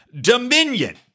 Dominion